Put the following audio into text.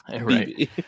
right